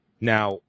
Now